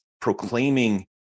proclaiming